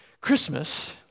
Christmas